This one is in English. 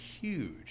huge